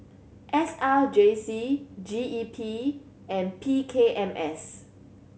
S R J C G E P and P K M S